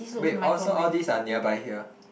wait all so all these are nearby here